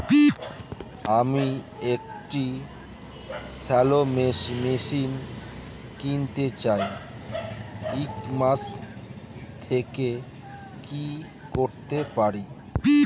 আমি একটি shallow machine কিনতে চাই ই কমার্স থেকে কি করে পাবো?